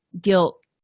guilt